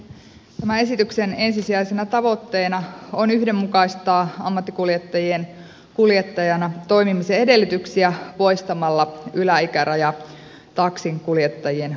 tämän esityksen ensisijaisena tavoitteena on yhdenmukaistaa ammattikuljettajien kuljettajana toimimisen edellytyksiä poistamalla yläikäraja taksinkuljettajien osalta